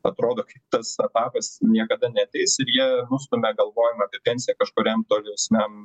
atrodo tas etapas niekada neateis ir jie nustumia galvojama apie pensiją kažkuriam tolesniam